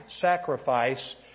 sacrifice